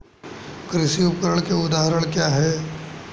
कृषि उपकरण के उदाहरण क्या हैं?